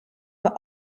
were